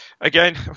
again